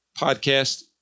podcast